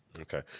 okay